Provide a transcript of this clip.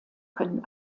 können